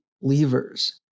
levers